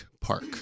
Park